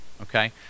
okay